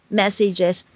messages